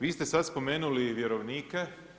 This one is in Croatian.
Vi ste sad spomenuli vjerovnike.